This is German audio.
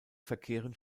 verkehren